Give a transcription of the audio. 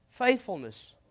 Faithfulness